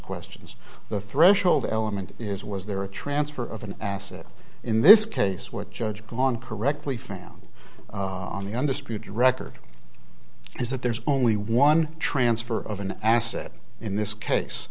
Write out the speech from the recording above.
questions the threshold element is was there a transfer of an asset in this case with judge gone correctly found on the undisputed record is that there's only one transfer of an asset in this case